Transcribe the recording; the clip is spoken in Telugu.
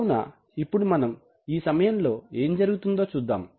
కావున ఇప్పుడు మనం ఈ సమయం లో ఏం జరుగుతుందో చూద్దాం